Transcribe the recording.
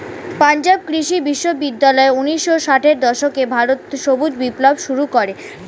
পাঞ্জাব কৃষি বিশ্ববিদ্যালয় ঊন্নিশো ষাটের দশকে ভারতে সবুজ বিপ্লব শুরু করে